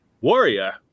warrior